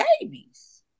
babies